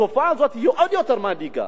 התופעה הזאת עוד יותר מדאיגה.